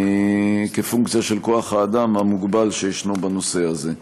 פונקציה של כוח-האדם המוגבל שישנו בנושא הזה.